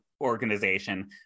Organization